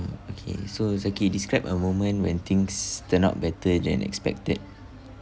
okay so zaki describe a moment when things turn out better than expected